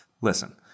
listen